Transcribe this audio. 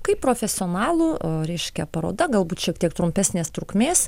kaip profesionalų reiškia paroda galbūt šiek tiek trumpesnės trukmės